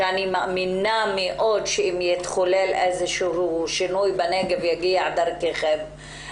שאני מאמינה מאוד שאם יתחולל איזשהו שינוי בנגב הוא יגיע דרככם,